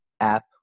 app